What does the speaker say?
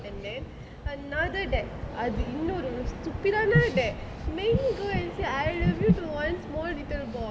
and then another dead அது இன்னொரு:athu innoru stupid ஆன:aana dead make me go say I love you to one small little boy